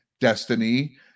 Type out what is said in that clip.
destiny